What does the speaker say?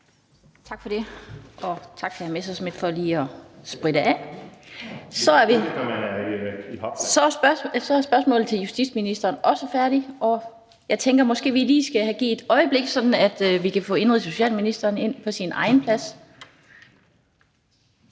Tak for det, og tak til hr. Morten Messerschmidt for lige at spritte af. Så er spørgsmålene til justitsministeren også færdige, og jeg tænker, vi måske lige skal have givet et øjeblik, sådan at vi kan få indenrigs- og socialministeren ind på sin egen plads.